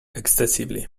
excessively